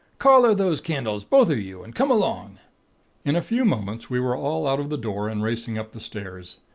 collar those candles, both of you, and come along in a few moments, we were all out of the door and racing up the stairs.